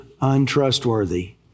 untrustworthy